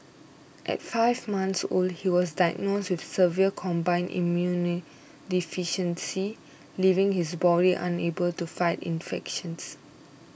at five months old he was diagnosed with severe combined immunodeficiency leaving his body unable to fight infections